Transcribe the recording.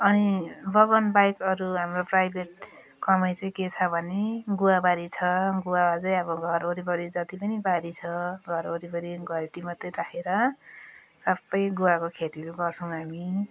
अनि बगान बाहेक अरू हाम्रो प्राइभेट कमाइ चाहिँ के छ भने गुवाबारी छ गुवा चाहिँ अब घर वरिपरि जति पनि बारी छ घर वरिपरि घरेटी मात्र राखेर सब गुवाको खेतीहरू गर्छौँ हामी